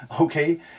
okay